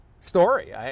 story